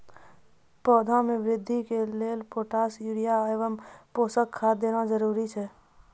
पौधा मे बृद्धि के लेली पोटास यूरिया एवं पोषण खाद देना जरूरी छै?